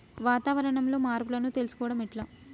వాతావరణంలో మార్పులను తెలుసుకోవడం ఎట్ల?